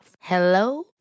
Hello